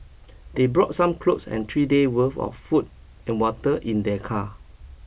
they brought some clothes and three day worth of food and water in their car